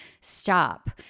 stop